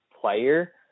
player